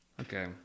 Okay